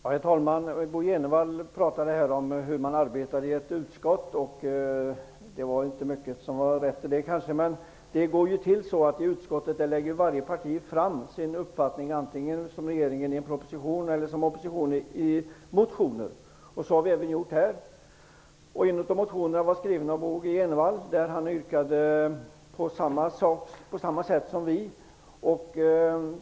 Herr talman! Bo Jenevall talade om hur man arbetar i ett utskott, och det var kanske inte så mycket som var rätt av det. I utskottet lägger varje parti fram sin uppfattning, antingen som regering i form av en proposition eller som opposition i form av motioner. Så har vi gjort även i detta fall. En av motionerna var skriven av Bo Jenevall, och han yrkade på samma sätt som vi socialdemokrater.